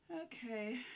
Okay